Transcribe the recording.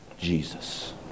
Jesus